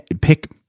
pick